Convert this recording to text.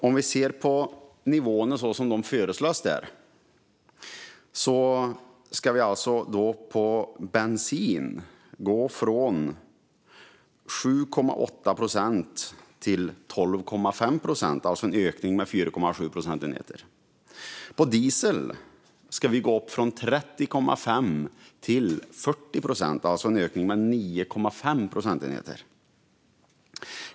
Om vi ser på de nivåer som föreslås kan jag konstatera att vi för bensin ska gå från 7,8 procent till 12,5 procent, alltså en ökning med 4,7 procentenheter. För diesel ska vi gå från 30,5 till 40 procent, alltså en ökning med 9,5 procentenheter.